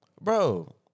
Bro